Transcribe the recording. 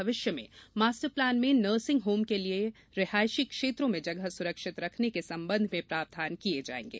भविष्य में master plan में नर्सिंग होम के लिये रिहायशी क्षेत्रों में जगह सुरक्षित रखने के संबंध में प्रावधान किये जायेंगे